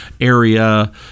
area